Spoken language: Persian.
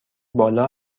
بالا